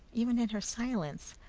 even in her silence,